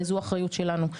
זו אחריות שלנו.